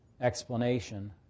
explanation